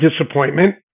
disappointment